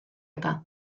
eta